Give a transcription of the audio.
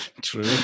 True